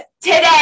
today